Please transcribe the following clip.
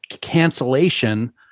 cancellation